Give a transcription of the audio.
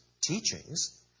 teachings